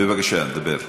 בבקשה, דבר.